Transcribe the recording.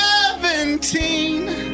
Seventeen